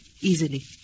Easily